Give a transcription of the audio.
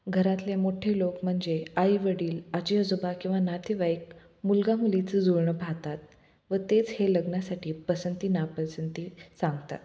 घरातले मोठे लोक म्हणजे आई वडील आजी आजोबा किंवा नातेवाईक मुलगा मुलीचं जुळन पहातात व तेच हे लग्नासाठी पसंती नापसंती सांगतात